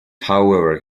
however